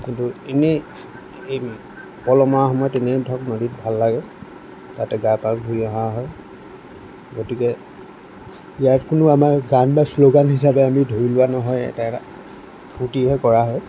কিন্তু এনেই এই পল মৰা সময়ত এনেই ধৰক নদীত ভাল লাগে তাতে গা পা ধুই অহা হয় গতিকে ইয়াত কোনো গান বা শ্লোগান হিচাপে ধৰি লোৱা নহয় এটা এটা ফূৰ্তিহে কৰা হয়